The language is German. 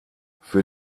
für